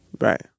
Right